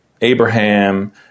Abraham